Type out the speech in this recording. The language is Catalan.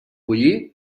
bullir